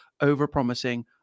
over-promising